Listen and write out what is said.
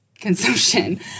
consumption